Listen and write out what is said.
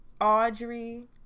Audrey